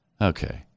Okay